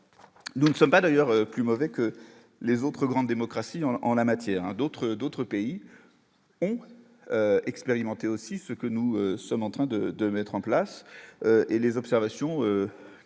nous ne sommes pas d'ailleurs plus mauvais que les autres grandes démocraties ont en la matière un d'autres, d'autres pays ont expérimenté aussi ce que nous sommes en train de, de mettre en place et les observations qui se de ce qui